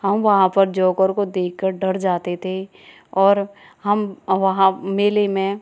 हम वहाँ पर जोकर को देखकर डर जाते थे और हम वहाँ मेले में